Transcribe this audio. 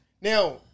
Now